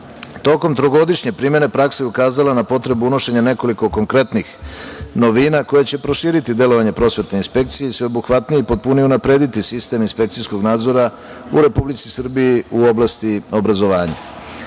Tokom trogodišnje primene praksa je ukazala na potrebu unošenja nekoliko konkretnih novina koje će proširiti delovanje prosvetne inspekcije i sveobuhvatnije unaprediti sistem inspekcijskog nadzora u Republici Srbiji u oblasti obrazovanja. Predlog